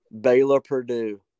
Baylor-Purdue